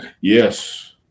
Yes